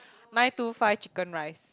nine two five chicken rice